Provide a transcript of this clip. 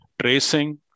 tracing